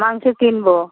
মাংস কিনব